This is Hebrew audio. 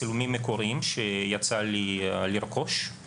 צילומים מקוריים שיצא לי לרכוש,